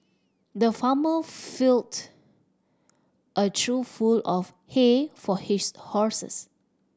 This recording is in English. the farmer filled a trough full of hay for his horses